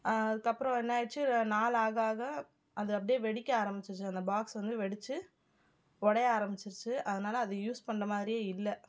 அதுக்கப்புறம் என்ன ஆகிடுச்சி நாள் ஆக ஆக அது அப்டியே வெடிக்க ஆரம்மிச்சிடுச்சி அந்த பாக்ஸ் வந்து வெடித்து உடைய ஆரம்மிச்சிடுச்சி அதனால் அது யூஸ் பண்ணுற மாதிரியே இல்லை